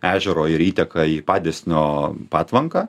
ežero ir įteka į padysnio patvanką